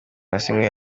yasinywe